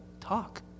Talk